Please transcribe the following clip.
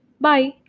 Bye